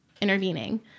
intervening